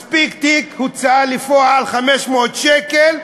מספיק תיק הוצאה לפועל של 500 שקל.